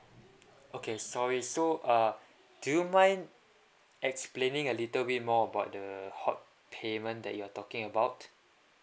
okay sorry so uh do you mind explaining a little bit more about the hot payment that you're talking about